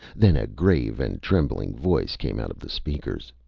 then a grave and trembling voice came out of the speakers